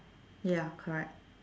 ya correct